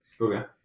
Okay